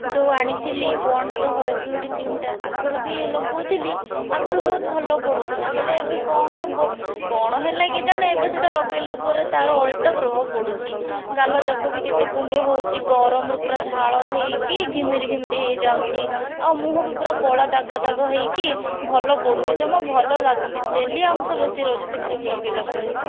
ଯେଉଁ ଆଣିଥିଲି ପଣ୍ଡସ୍ର ହ୍ଵାଇଟ୍ ବିୟୁଟି କ୍ରିମ୍ଟା ଆଗରୁ ବି ଲଗାଉଥିଲି ଆଗରୁ ବହୁତ ଭଲ ପଡ଼ୁଥିଲା ହେଲେ ଏବେ କ'ଣ ହେବ କ'ଣ ହେଲା କେଜାଣି ଏବେ ସେଇଟା ଲଗାଇଲା ପରେ ତା'ର ଓଲଟା ପ୍ରଭାବ ପଡ଼ୁଛି ଗାଲ ଯାକ ବି କେତେ କୁଣ୍ଡାଇ ହେଉଛି ଗରମରୁ ପୁରା ଝାଳ ହୋଇକି ଘିମିରି ଘିମିରି ହୋଇଯାଉଛି ଆଉ ମୁଁହ ବି ପୁରା କଳା ଦାଗ ଦାଗ ହୋଇକି ଭଲ ପଡ଼ୁନାହିଁ ଜମା ଭଲ ଲାଗୁନାହିଁ ତେଲିଆ ଅଂଶ ବେଶି ରହୁଛି ସେ କ୍ରିମ୍ ଲଗାଇଲା ପରେ